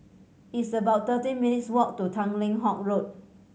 it's about thirteen minutes' walk to Tanglin Halt Road